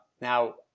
now